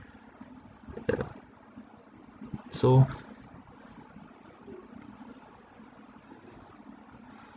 yeah so